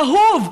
אהוב,